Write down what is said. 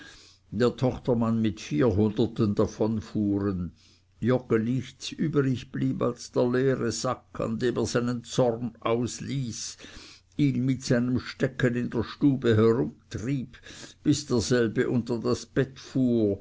der tochtermann mit vierhunderten davonfuhren joggeli nichts übrig blieb als der leere sack an dem er seinen zorn ausließ ihn mit seinem stecken in der stube herumtrieb bis derselbe unter das bett